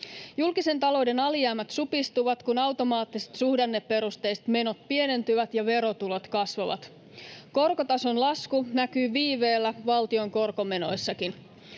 Julkisen talouden alijäämät supistuvat, kun automaattiset, suhdanneperustaiset menot pienentyvät ja verotulot kasvavat. Korkotason lasku näkyy viiveellä valtion korkomenoissakin.